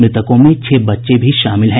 मृतकों में छह बच्चे भी शामिल हैं